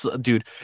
dude